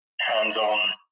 hands-on